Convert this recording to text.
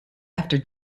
after